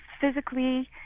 physically